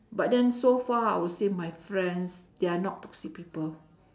but then so far I will say my friends they are not toxic people